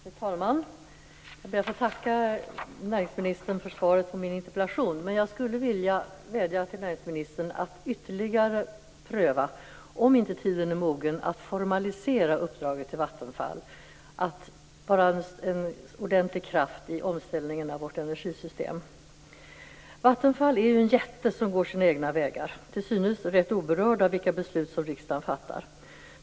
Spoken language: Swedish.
Fru talman! Jag ber att få tacka näringsministern för svaret på min interpellation. Men jag skulle vilja vädja till näringsministern att ytterligare pröva om tiden inte är mogen att formalisera uppdraget till Vattenfall, så att Vattenfall blir en ordentlig kraft i omställningen av vårt energisystem. Vattenfall är ju en jätte som går sina egna vägar, till synes rätt oberörd av vilka beslut som riksdagen fattar.